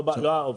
לא העובד.